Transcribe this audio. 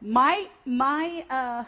my my